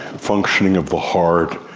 functioning of the heart,